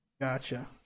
Gotcha